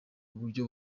buryo